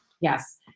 Yes